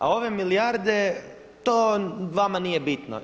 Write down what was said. A ove milijarde to vama nije bitno.